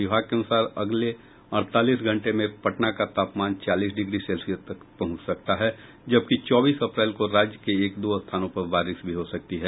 विभाग के अनुसार अगले अड़तालीस घंटे में पटना का तापमान चालीस डिग्री सेल्सियस तक पहुंच सकता है जबकि चौबीस अप्रैल को राज्य के एक दो स्थानों पर बारिश भी हो सकती है